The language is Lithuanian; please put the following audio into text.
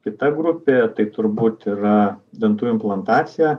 kita grupė tai turbūt yra dantų implantacija